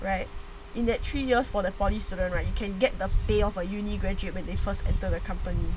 right in that three years for the polytechnic student right you can get the pay of a university graduate when they first entered the company